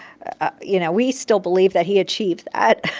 ah you know, we still believe that he achieved that.